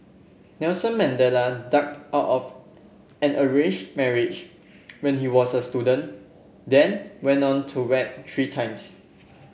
Nelson Mandela ducked out of an arranged marriage when he was a student then went on to wed three times